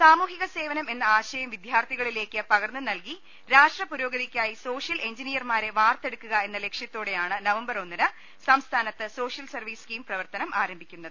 സാമൂഹിക സേവനം എന്ന ആശയം വിദ്യാർത്ഥികളിലേക്ക് പകർന്ന് നൽകി രാഷ്ട്രപുരോഗതിക്കായി സോഷ്യൽ എഞ്ചിനീ യർമാരെ വാർത്തെടുക്കുക എന്ന ലക്ഷ്യത്തോടെയാണ് നവംബർ ഒന്നിന് സംസ്ഥാനത്ത് സോഷ്യൽ സർവീസ് സ്കീം പ്രവർത്തനം ആരംഭിക്കുന്നത്